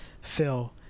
Phil